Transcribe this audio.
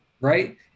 right